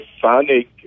sonic